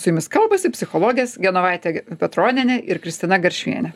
su jumis kalbasi psichologės genovaitė petronienė ir kristina garšvienė